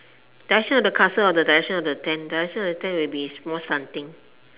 direction of the castle or the direction of the tent direction of the tent will be more slant